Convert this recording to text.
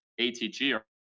ATG